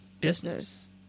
business